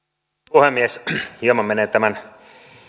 puhemies hieman menee tämän